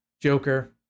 Joker